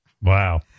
Wow